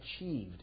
achieved